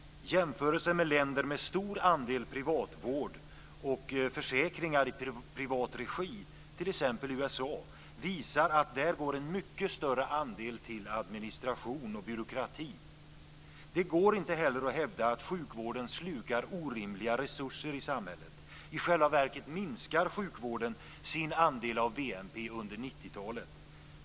Jämförelser med länder med stor andel privatvård och försäkringar i privat regi, t.ex. USA, visar att där går en mycket större andel till administration och byråkrati. Det går inte heller att hävda att sjukvården slukar orimliga resurser i samhället. I själva verket minskar sjukvården sin andel av BNP under 90-talet.